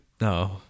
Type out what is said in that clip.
No